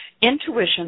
Intuition